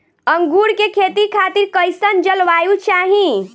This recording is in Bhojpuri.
अंगूर के खेती खातिर कइसन जलवायु चाही?